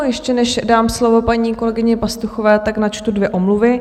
Ještě než dám slovo paní kolegyně Pastuchové, tak načtu dvě omluvy.